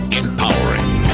empowering